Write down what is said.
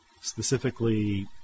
specifically